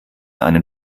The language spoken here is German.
einen